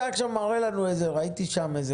אתה עכשיו מראה לנו --- ראיתי שם איזה